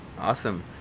Awesome